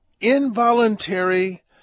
involuntary